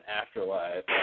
afterlife